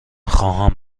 خواهم